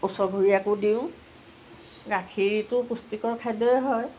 ওচৰ ঘৰীয়াকো দিওঁ গাখীৰটো পুষ্টিকৰ খাদ্য়য়ে হয়